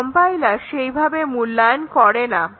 compiler সেইভাবে মূল্যায়ন করেনা